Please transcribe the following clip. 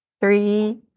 three